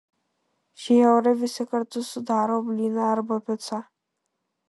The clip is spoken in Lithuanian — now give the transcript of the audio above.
šie eurai visi kartu sudaro blyną arba picą